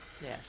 Yes